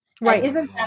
Right